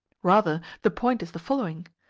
rather, the point is the following.